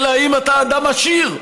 אלא אם אתה אדם עשיר.